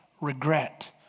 regret